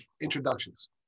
introductions